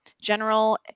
general